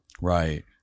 right